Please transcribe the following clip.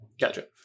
Gotcha